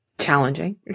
challenging